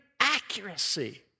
accuracy